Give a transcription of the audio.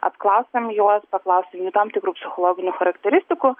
apklausėm juos paklausėm jų tam tikrų psichologinių charakteristikų